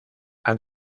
han